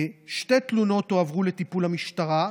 שתי תלונות הועברו לטיפול המשטרה,